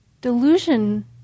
Delusion